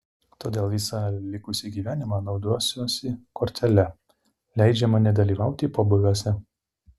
todėl visą likusį gyvenimą naudosiuosi kortele leidžiama nedalyvauti pobūviuose